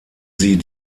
sie